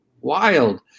wild